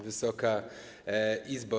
Wysoka Izbo!